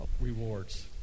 rewards